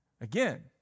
again